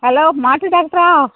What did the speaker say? hello மாட்டு டாக்டரா